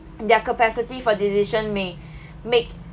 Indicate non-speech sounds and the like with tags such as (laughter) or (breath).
their capacity for decision may (breath) make